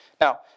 Now